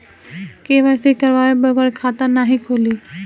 KYC करवाये बगैर खाता नाही खुली?